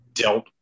dealt